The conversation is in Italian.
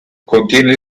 contiene